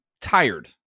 tired